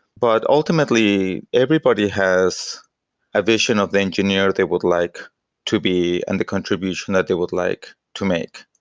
but ultimately, everybody has a vision of the engineer they would like to be and the contribution that they would like to make.